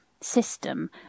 system